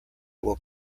will